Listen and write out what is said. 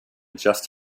just